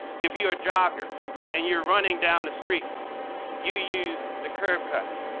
if you're a jogger and you're running down the street you use the curb cuts.